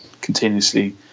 continuously